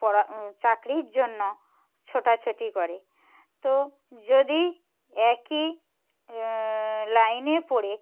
পড়া চাকরির জন্য ছোটাছুটি করে তো যদি একই লাইনে পড়ে